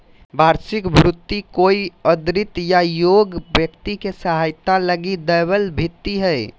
वार्षिक भृति कोई दरिद्र या योग्य व्यक्ति के सहायता लगी दैबल भित्ती हइ